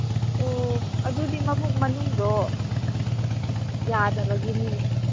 ꯑꯣ ꯑꯗꯨꯗꯤ ꯃꯕꯨꯛ ꯃꯅꯨꯡꯗꯣ ꯌꯥꯗꯕꯒꯤꯅꯤꯅꯦ